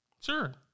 Sure